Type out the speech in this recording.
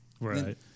Right